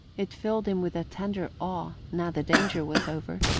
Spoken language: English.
it filled him with a tender awe, now the danger was over,